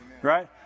Right